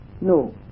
No